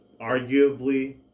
arguably